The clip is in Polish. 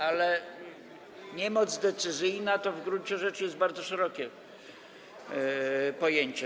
Ale niemoc decyzyjna to w gruncie rzeczy jest bardzo szerokie pojęcie.